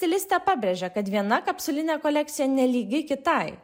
stilistė pabrėžė kad viena kapsulinė kolekcija nelygi kitai